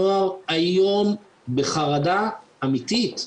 הנוער היום בחרדה אמיתית.